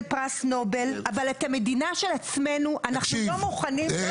פרס נובל אבל את המדינה של עצמנו אנחנו לא מוכנים.